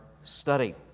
study